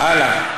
הלאה.